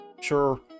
Sure